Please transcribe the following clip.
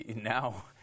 now